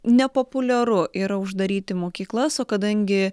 nepopuliaru yra uždaryti mokyklas o kadangi